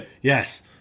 Yes